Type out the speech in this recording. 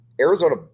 Arizona